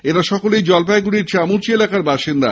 এরা সকলেই জলপাইগুডির চার্মুচি এলাকার বাসিন্দা